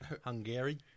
Hungary